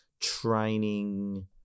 training